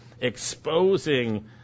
exposing